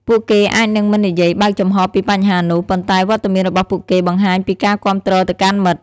ពួកគេអាចនឹងមិននិយាយបើកចំហពីបញ្ហានោះ ប៉ុន្តែវត្តមានរបស់ពួកគេបង្ហាញពីការគាំទ្រទៅកាន់មិត្ត។